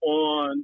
on